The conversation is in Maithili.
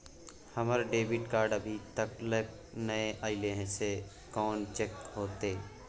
हमर डेबिट कार्ड अभी तकल नय अयले हैं, से कोन चेक होतै?